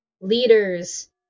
leaders